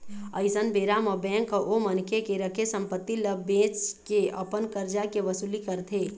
अइसन बेरा म बेंक ह ओ मनखे के रखे संपत्ति ल बेंच के अपन करजा के वसूली करथे